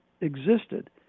existed